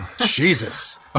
Jesus